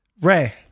Ray